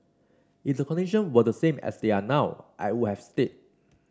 if the condition were the same as they are now I would have stayed